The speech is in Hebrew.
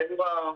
זה דוח חשוב.